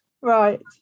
Right